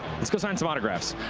let's go sign so autographs.